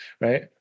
right